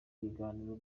ikiganiro